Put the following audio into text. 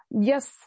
Yes